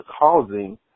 causing